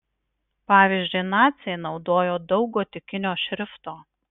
pavyzdžiui naciai naudojo daug gotikinio šrifto